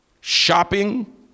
shopping